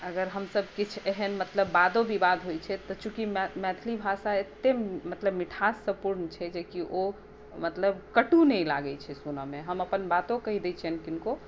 अगर हमसभ किछु एहन मतलब वादो विवाद होइ छै तऽ चुॅंकी मैथिली भाषा चुॅंकी एतय मतलब मीठाससँ पूर्ण छै जे की ओ मतलब कटु नहि लागै छै सुनऽ मे हम अपन बातो कहि दै छियनि केकरो